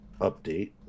update